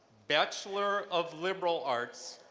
bachelor of liberal arts,